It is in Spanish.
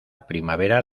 primavera